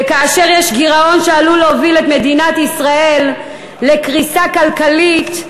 וכאשר יש גירעון שעלול להוביל את מדינת ישראל לקריסה כלכלית,